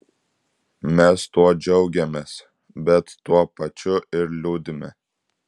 mes tuo džiaugiamės bet tuo pačiu ir liūdime